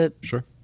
Sure